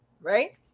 right